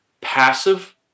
passive